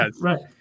Right